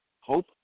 Hope